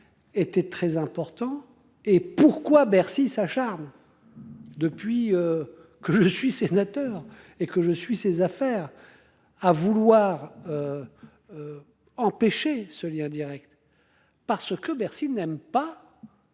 Était très important. Et pourquoi Bercy s'acharne. Depuis. Que je suis sénateur et que je suis ses affaires. À vouloir. Empêcher ce lien Direct. Parce que Bercy n'aime pas.